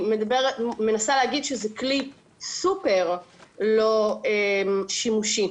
אני מנסה להגיד שזה כלי סופר לא שימושי.